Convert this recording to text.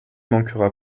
manquera